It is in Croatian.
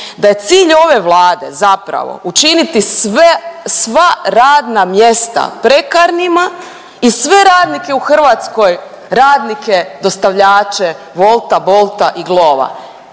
da je cilj ove Vlade zapravo učiniti sve, sva radna mjesta prekarnima i sve radnike u Hrvatskoj, radnike dostavljače Wolta, Bolta i Glova,